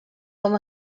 com